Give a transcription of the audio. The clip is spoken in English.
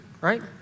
right